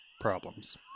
problems